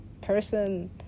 person